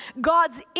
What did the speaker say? God's